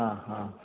ആ ആ